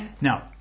Now